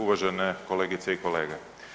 Uvažene kolegice i kolege.